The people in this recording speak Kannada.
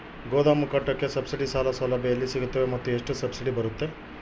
ಗೋದಾಮು ಕಟ್ಟೋಕೆ ಸಬ್ಸಿಡಿ ಸಾಲ ಸೌಲಭ್ಯ ಎಲ್ಲಿ ಸಿಗುತ್ತವೆ ಮತ್ತು ಎಷ್ಟು ಸಬ್ಸಿಡಿ ಬರುತ್ತೆ?